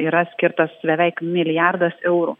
yra skirtas beveik milijardas eurų